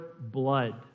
blood